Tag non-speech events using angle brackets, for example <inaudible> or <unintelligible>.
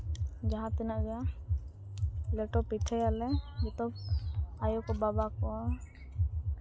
ᱡᱟᱦᱟᱸ ᱛᱤᱱᱟᱹᱜ ᱜᱮ ᱞᱮᱴᱚ ᱯᱤᱴᱷᱟᱹᱭᱟᱞᱮ <unintelligible> ᱟᱹᱭᱩᱼᱵᱟᱵᱟ ᱠᱚ